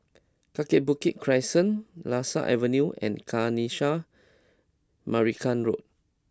Kaki Bukit Crescent Lasia Avenue and Kanisha Marican Road